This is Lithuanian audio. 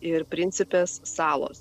ir principės salos